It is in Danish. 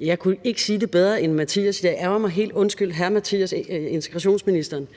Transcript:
Jeg kunne ikke sige det bedre end udlændinge- og integrationsministeren.